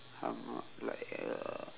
I'm not like a